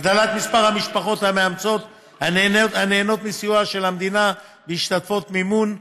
הגדלת מספר המשפחות המאמצות הנהנות מסיוע של המדינה בהשתתפות במימון.